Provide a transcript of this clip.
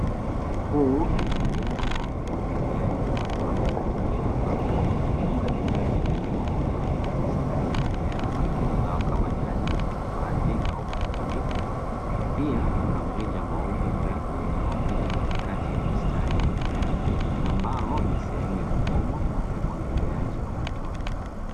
Huu ni mfumo wa umwagiliaji wa matone katika shamba. Shamba lenyewe limelimwa vizuri na mistari ya mimea labda mazao kama nyanya, tikiti maji au mahindi. Pia kuna mrija mweupe mrefu unaopita katikati ya mistari ya mimea ambao ni sehemu ya mfumo wa umwagiliaji wa matone.